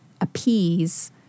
appease